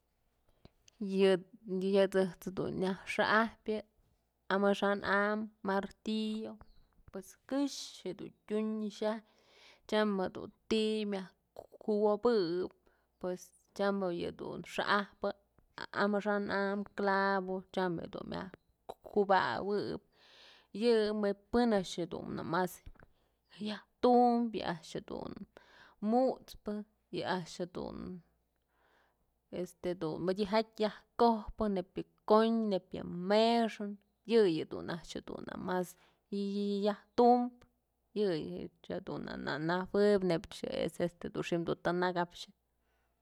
Yë ëjt's dun nyaj xa'ajpyë amaxa'an am martillo, pues këxë tyun xyaj tyam jedun ti'i myaj kuwobëp pues tyam jedun xa'ajpë amaxa'an am clavo, tyam jedun myaj kubawëp yë mët pën a'ax jedun masyajtum yë a'ax jedun mut'spë, yë a'ax jedun este dun mëdyëjatyë yajkojpë neyb yë kondyë, mëxën yëyë dun a'ax mas yajtum yëyëch dun na najuëb neyb dun xi'im të nëkapxyë.